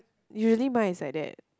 usually mine is like that